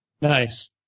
Nice